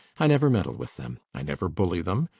i never meddle with them. i never bully them.